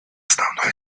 основной